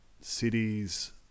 cities